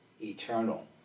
eternal